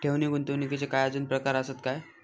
ठेव नी गुंतवणूकचे काय आजुन प्रकार आसत काय?